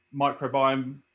microbiome